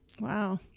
Wow